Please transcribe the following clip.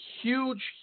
huge